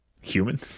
Human